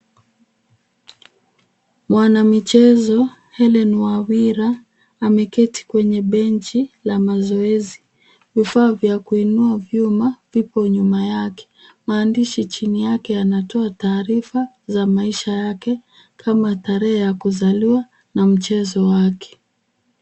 Mwana michezo Hellen Wawira ameketi kwenye benchi la mazoezi na vifaa vya kuinua nyuma viko nyuma yake. Maandishi chini yake yanatoa taarifa ya maisha yake kama tarehe ya kuzaliwa na mchezo wake.